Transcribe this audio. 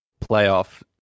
playoff